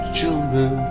children